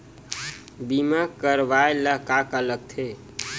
बीमा करवाय ला का का लगथे?